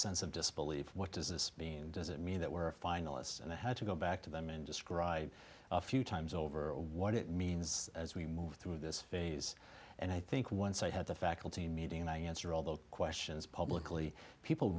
sense of disbelief what does this mean does it mean that were finalists and i had to go back to them and describe a few times over what it means as we move through this phase and i think once i had the faculty meeting and i guess or all those questions publicly people